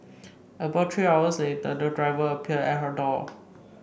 about three hours later the driver appeared at her door